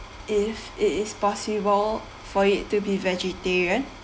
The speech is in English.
if it is possible for it to be vegetarian